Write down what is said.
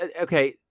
Okay